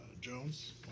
Jones